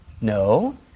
No